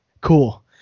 cool